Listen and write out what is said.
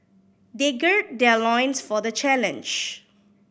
they gird their loins for the challenge